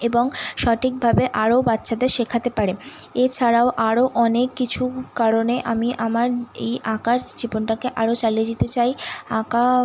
এবং সঠিকভাবে আরও বাচ্চাদের শেখাতে পারে এছাড়াও আরও অনেক কিছু কারণে আমি আমার এই আঁকার জীবনটাকে আরও চালিয়ে যেতে চাই আঁকা